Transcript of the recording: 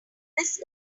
this